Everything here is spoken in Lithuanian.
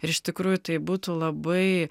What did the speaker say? ir iš tikrųjų tai būtų labai